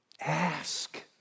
Ask